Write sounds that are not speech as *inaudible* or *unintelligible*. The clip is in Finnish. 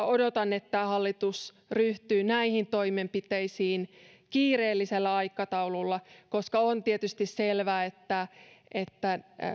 *unintelligible* odotan että hallitus ryhtyy näihin toimenpiteisiin kiireellisellä aikataululla koska on tietysti selvää että että